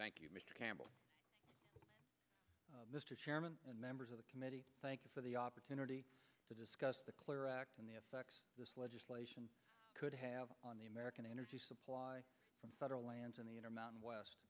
thank you mr campbell mr chairman and members of the committee thank you for the opportunity to discuss the clear act and the effects this legislation could have on the american energy supply from the federal lands in the inner mountain west